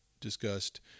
discussed